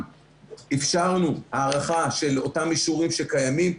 אפשרנו הארכה של אותם אישורים שקיימים,